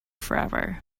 forever